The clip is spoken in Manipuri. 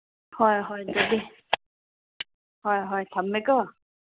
ꯍꯣꯏ ꯍꯣꯏ ꯍꯣꯏ ꯍꯣꯏ ꯊꯝꯃꯦꯀꯣ